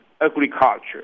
agriculture